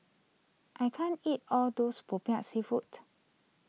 I can't eat all those Popiah Seafood